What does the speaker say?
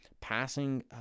passing